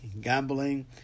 gambling